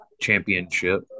Championship